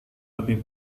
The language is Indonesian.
lebih